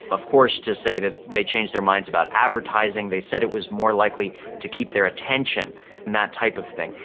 of course to say that they changed their minds about advertising. they said it was more likely to keep their attention and that type of thing.